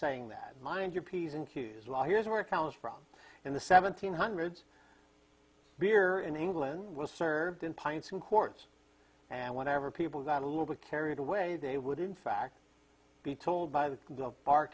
saying that mind your p's and q's well here's where it counts from in the seventeen hundreds beer in england was served in pints in courts and whatever people got a little bit carried away they would in fact be told by the bar